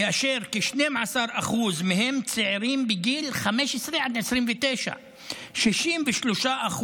וכ-12% מהם צעירים בגיל 15 עד 29. 63%